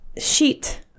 sheet